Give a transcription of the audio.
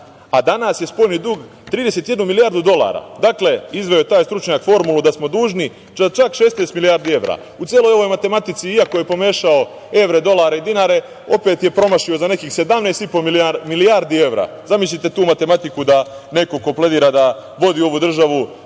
a danas je spoljni dug 31 milijardu dolara. Dakle, izveo je taj stručnjak formulu da smo dužni čak 16 milijardi evra.U celoj ovoj matematici, iako je pomešao evre, dolare i dinare, opet je promašio za nekih 17,5 milijardi evra. Zamislite tu matematiku nekog ko pledira da vodi ovu državu,